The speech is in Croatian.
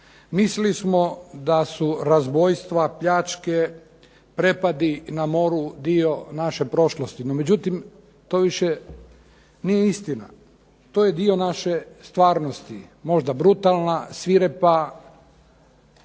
Mislili smo da su razbojstva, pljačke, prepadi na moru dio naše prošlosti. No, međutim to više nije istina. To je dio naše stvarnosti, možda brutalna, svirepa,